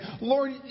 Lord